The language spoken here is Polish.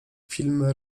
filmy